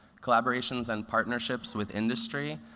collaborations and partnerships with industry,